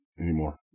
anymore